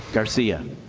garcia